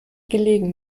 gelegen